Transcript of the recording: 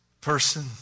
person